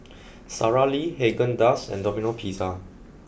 Sara Lee Haagen Dazs and Domino pizza